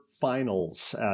finals